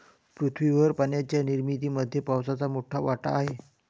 पृथ्वीवरील पाण्याच्या निर्मितीमध्ये पावसाचा मोठा वाटा आहे